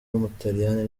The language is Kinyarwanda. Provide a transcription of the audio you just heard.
w’umutaliyani